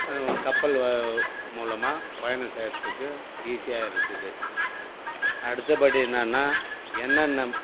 கப்பல் வ மூலமாக பயணம் செய்யறத்துக்கு ஈஸியாக இருக்குது அடுத்தபடி என்னான்னா என்னென்ன